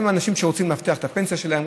הם אנשים שרוצים להבטיח את הפנסיה שלהם,